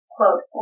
Quote